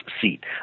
seat